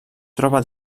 troba